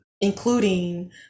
including